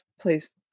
please